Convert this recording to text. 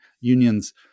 unions